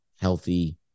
healthy